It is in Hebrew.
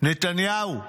נתניהו,